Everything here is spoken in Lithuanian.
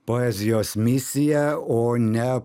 poezijos misija o ne